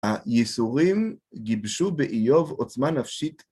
הייסורים גיבשו באיוב עוצמה נפשית.